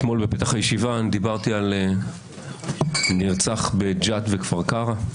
אתמול בפתח הישיבה אני דיברתי על נרצח בג'ת וכפר קרא.